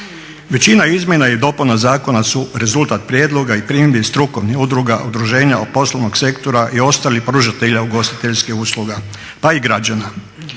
Većina izmjena i dopuna zakona su rezultat prijedloga i primjedbi strukovnih udruga, udruženja poslovnog sektora i ostalih pružatelja ugostiteljskih usluga pa i građana.